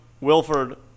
wilford